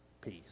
peace